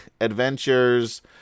Adventures